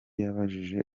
yabajije